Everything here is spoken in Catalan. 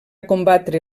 combatre